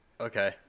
Okay